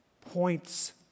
points